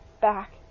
back